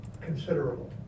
considerable